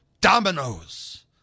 Dominoes